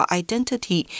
identity